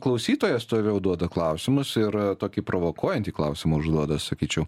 klausytojas toliau duoda klausimus ir tokį provokuojantį klausimą užduoda sakyčiau